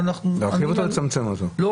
אני